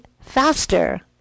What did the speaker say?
faster